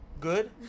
Good